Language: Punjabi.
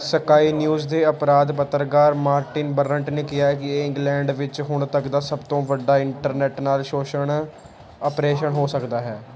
ਸਕਾਈ ਨਿਊਜ਼ ਦੇ ਅਪਰਾਧ ਪੱਤਰਕਾਰ ਮਾਰਟਿਨ ਬਰੰਟ ਨੇ ਕਿਹਾ ਕਿ ਇਹ ਇੰਗਲੈਂਡ ਵਿੱਚ ਹੁਣ ਤੱਕ ਦਾ ਸਭ ਤੋਂ ਵੱਡਾ ਇੰਟਰਨੈੱਟ ਨਾਲ ਸ਼ੋਸ਼ਣ ਅਪਰੇਸ਼ਨ ਹੋ ਸਕਦਾ ਹੈ